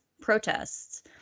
protests